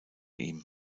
ihm